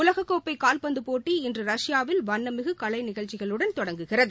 உலக கோப்பை கால்பந்து போட்டி இன்று ரஷ்யாவில் வண்ணமிகு கலைநிகழ்ச்சிகளுடன் தொடங்குகிறது